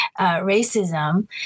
racism